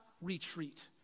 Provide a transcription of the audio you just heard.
retreat